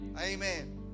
Amen